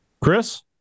Chris